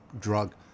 drug